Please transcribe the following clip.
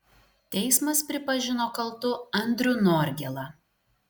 teismas pripažino kaltu andrių norgėlą